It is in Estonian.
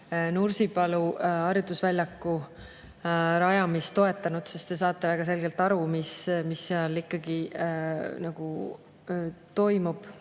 Nursipalu harjutusvälja rajamist toetanud, sest te saate väga selgelt aru, mis seal ikkagi toimub